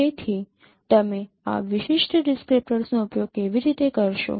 તેથી તમે આ વિશિષ્ટ ડિસ્ક્રીપ્ટર્સનો ઉપયોગ કેવી રીતે કરશો